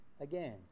again